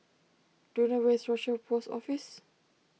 do you know where is Rochor Post Office